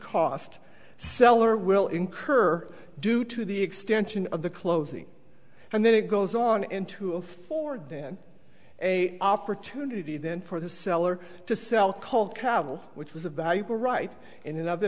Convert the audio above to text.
cost seller will incur due to the extension of the closing and then it goes on into a ford then a opportunity then for the seller to sell cold cavil which was a valuable right in another